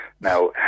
Now